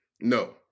No